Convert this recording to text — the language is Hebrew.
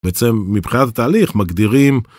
בעצם מבחינת התהליך מגדירים